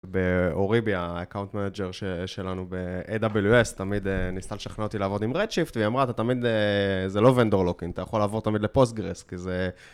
אוריבי, האקאונט מנאג'ר שלנו ב-AWS, תמיד ניסה לשכנע אותי לעבוד עם רדשיפט, והיא אמרה, אתה תמיד, זה לא ונדור לוקינג, אתה יכול לעבור תמיד לפוסט גרס, כי זה...